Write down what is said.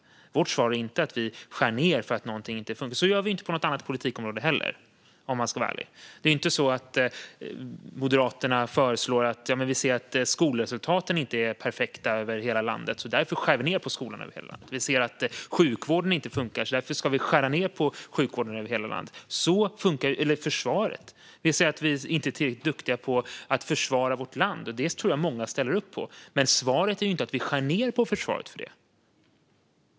Vårt svar är inte att vi ska skära ned för att någonting inte funkar. Så gör vi inte på något annat politikområde heller, om man ska vara ärlig. Moderaterna säger inte så här: Vi ser att skolresultaten inte är perfekta över hela landet. Därför skär vi ned på skolorna över hela landet. Vi ser att sjukvården inte funkar. Därför ska vi skära ned på sjukvården över hela landet. Det kan också gälla försvaret. Att vi inte är tillräckligt duktiga på att försvara vårt land tror jag att många ställer upp på, men svaret är inte att vi därför ska skära ned på försvaret.